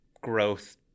growth